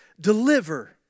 deliver